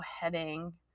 heading